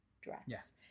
dress